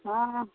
हँ